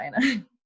China